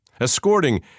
escorting